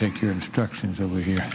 take your instructions over here